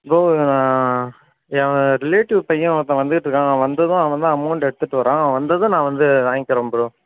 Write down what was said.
bro எங்கள் relative பையன் ஒருத்தவன் வந்துட்டிருக்கான் அவன் வந்ததும் அவன் தான் அமௌண்ட்டு எடுத்துட்டு வரான் அவன் வந்ததும் நான் வந்து வாங்கிக்கிறேன் ப்ரோ